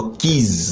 keys